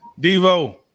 Devo